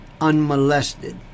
unmolested